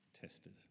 tested